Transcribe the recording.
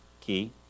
key